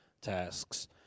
tasks